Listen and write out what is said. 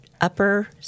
Upper